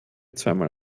zweimal